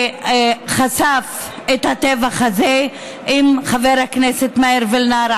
שחשף את הטבח הזה עם חבר הכנסת מאיר וילנר,